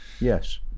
Yes